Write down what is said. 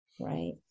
right